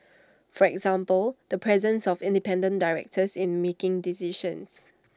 for example the presence of independent directors in making decisions